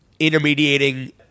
intermediating